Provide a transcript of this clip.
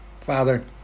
Father